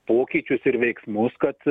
pokyčius ir veiksmus kad